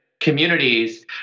communities